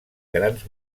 grans